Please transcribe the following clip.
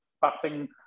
batting